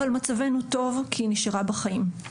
אבל מצבנו טוב כי היא נשארה בחיים.